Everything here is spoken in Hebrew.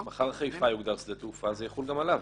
אם מחר חיפה יוגדר שדה תעופה, זה יחול גם עליו.